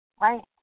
right